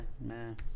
man